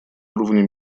уровне